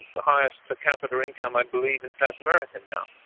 the highest per capita income i believe in south america now.